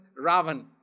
Ravan